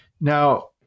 Now